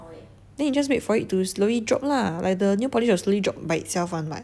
!wah! then you just wait for it to slower drop lah like the new polish was really drop by itself on mar